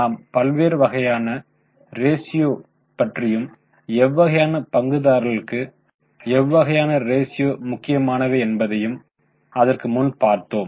நாம் பல்வேறு வகையான ரேஷியோ பற்றியும் எவ்வகையான பங்குதாரர்களுக்கு எவ்வகையான ரேஷியோ முக்கியமானவை என்பதையும் அதற்கு முன் பார்த்தோம்